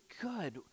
good